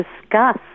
discuss